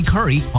Curry